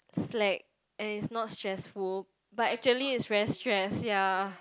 slack and is not stressful but actually is very stress ya